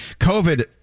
COVID